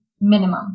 minimum